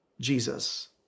Jesus